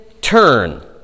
turn